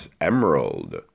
Emerald